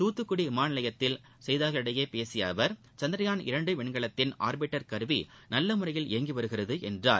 துத்தக்குடி விமான நிலையத்தில் செய்தியாளர்களிடம் பேசிய அவர் சந்திரயான் இரண்டு விண்கலத்தின் ஆர்பிட்டர் கருவி நல்ல முறையில் இயங்கி வருகிறது என்றார்